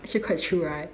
actually quite true right